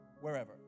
wherever